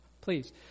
please